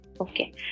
okay